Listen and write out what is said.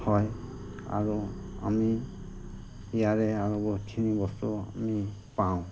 হয় আৰু আমি ইয়াৰে আৰু বহুতখিনি বস্তু আমি পাওঁ